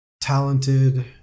talented